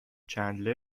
چندلر